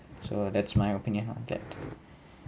so that's my opinion on that